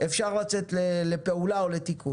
כך יהיה אפשר לצאת לפעולה או לתיקון.